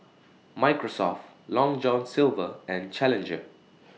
Microsoft Long John Silver and Challenger